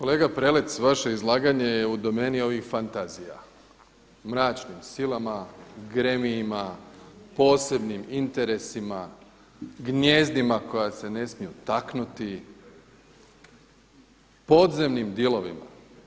Kolega Prelec, vaše izlaganje je u domeni ovih fantazija, mračnim silama, gremijima, posebnim interesima, gnjezdima koja se ne smiju taknuti, podzemnim dilovima.